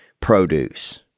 produce